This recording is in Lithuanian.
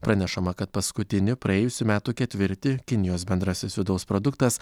pranešama kad paskutinį praėjusių metų ketvirtį kinijos bendrasis vidaus produktas